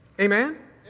Amen